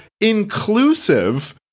inclusive